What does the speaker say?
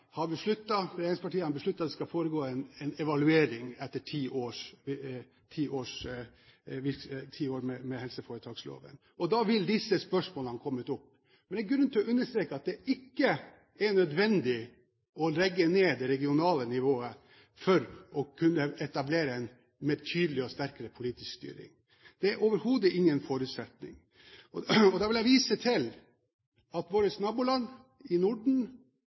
for at regjeringspartiene har besluttet at det skal foregå en evaluering etter ti år med helseforetaksloven. Da vil disse spørsmålene komme opp. Men det er grunn til å understreke at det ikke er nødvendig å legge ned det regionale nivået for å kunne etablere et med tydeligere og sterkere politisk styring. Det er overhodet ingen forutsetning. Da vil jeg vise til at våre naboland i Norden